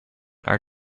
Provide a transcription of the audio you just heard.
are